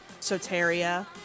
Soteria